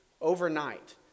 overnight